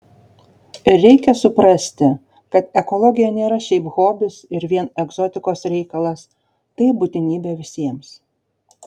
ir reikia suprasti kad ekologija nėra šiaip hobis ir vien egzotikos reikalas tai būtinybė visiems